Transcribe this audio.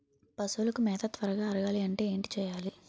పశువులకు మేత త్వరగా అరగాలి అంటే ఏంటి చేయాలి?